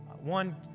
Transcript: One